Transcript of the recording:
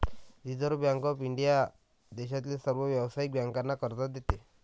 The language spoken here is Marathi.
रिझर्व्ह बँक ऑफ इंडिया देशातील सर्व व्यावसायिक बँकांना कर्ज देते